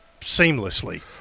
seamlessly